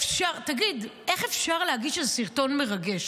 תגיד, איך אפשר להגיד שזה סרטון מרגש?